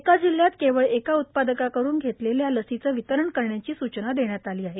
एका जिल्ह्यात केवळ एका उत्पादकाकडून घेतलेल्या लसीचं वितरण करण्याची सूचना देण्यात आली आहे